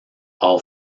all